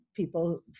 people